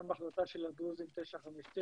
אלא גם בהחלטה של הדרוזים 959,